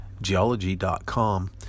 geology.com